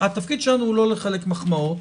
התפקיד שלנו לא לחלק מחמאות.